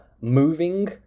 moving